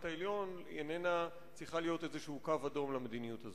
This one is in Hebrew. העליון אינן צריכות להיות קו אדום למדיניות הזו?